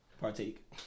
partake